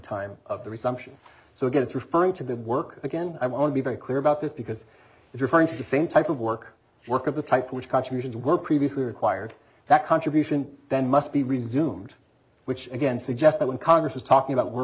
time of the resumption so it gets referring to the work again i want to be very clear about this because he's referring to the same type of work work of the type which contributions were previously required that contribution then must be resumed which again suggests that when congress was talking about were